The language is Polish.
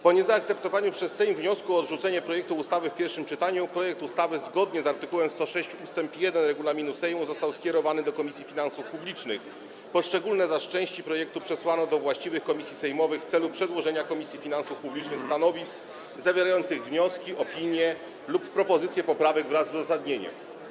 Po niezaakceptowaniu przez Sejm wniosku o odrzucenie projektu ustawy w pierwszym czytaniu projekt ustawy zgodnie z art. 106 ust. 1 regulaminu Sejmu został skierowany do Komisji Finansów Publicznych, zaś jego poszczególne części przesłano do właściwych komisji sejmowych w celu przedłożenia Komisji Finansów Publicznych stanowisk zawierających wnioski, opinie lub propozycje poprawek wraz z uzasadnieniem.